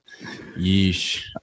Yeesh